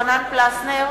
יוחנן פלסנר,